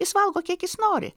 jis valgo kiek jis nori